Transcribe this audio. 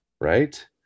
Right